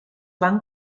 van